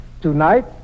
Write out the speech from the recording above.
Tonight